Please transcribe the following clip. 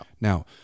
now